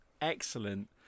excellent